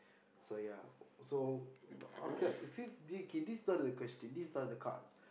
so ya so okay since this okay this is not the question this type of cards